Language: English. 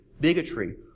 bigotry